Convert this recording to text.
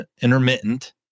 intermittent